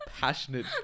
passionate